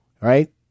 Right